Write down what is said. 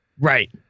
Right